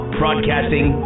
broadcasting